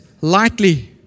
lightly